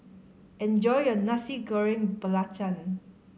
enjoy your Nasi Goreng Belacan